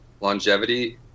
longevity